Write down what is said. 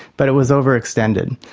but it was overextended.